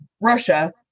Russia